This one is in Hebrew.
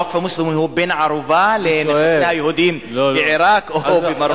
הווקף המוסלמי הוא בן-ערובה לנכסי היהודים בעירק או במרוקו?